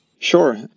Sure